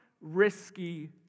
risky